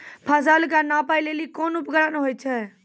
फसल कऽ नापै लेली कोन उपकरण होय छै?